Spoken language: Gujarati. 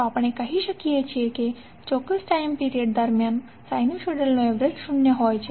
તો આપણે કહી શકીએ કે ચોક્કસ ટાઇમ પીરીયડ દરમિયાન સાઇનુસોઇડનું એવરેજ શૂન્ય છે